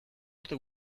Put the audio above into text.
urte